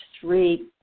three